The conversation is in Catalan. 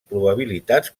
probabilitats